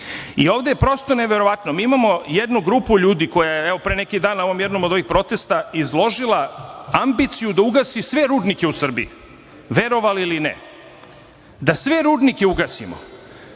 je prosto neverovatno. Mi imamo jednu grupu ljudi koja je pre neki dan na jednom od ovih protesta izložila ambiciju da ugasi sve rudnike u Srbiji, verovali ili ne, da sve rudnike ugasimo. Što